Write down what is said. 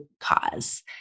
cause